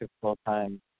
full-time